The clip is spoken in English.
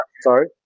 Sorry